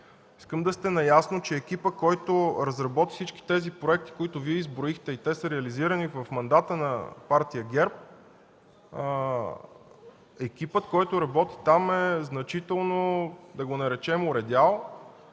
Искам да сте наясно, че екипът, който разработи всички тези проекти, които изброихте, и са реализирани в мандата на Партия ГЕРБ, е значително, да го наречем, оредял